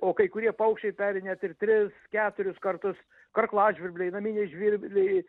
o kai kurie paukščiai peri net ir tris keturis kartus karklažvirbliai naminiai žvirbliai